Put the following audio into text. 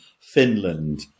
Finland